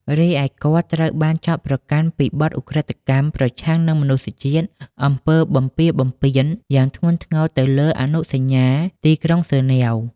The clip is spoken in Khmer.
រីឯគាត់ត្រូវបានចោទប្រកាន់ពីបទឧក្រិដ្ឋកម្ម ប្រឆាំងនឹងមនុស្សជាតិ អំពើបំពារបំពានយ៉ាងធ្ងន់ធ្ងរទៅលើអនុសញ្ញា ទីក្រុងហ្សឺណែវ ។